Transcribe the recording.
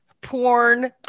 porn